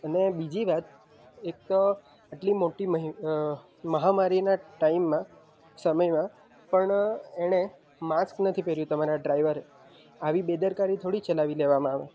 અને બીજી વાત એક તો આટલી મોટી મહી મહામારીના ટાઈમમાં સમયમાં પણ એને માસ્ક નથી પહેર્યું તમારા ડ્રાઈવરે આવી બેદરકારી થોડી ચલાવી લેવામાં આવે